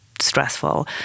stressful